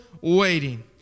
waiting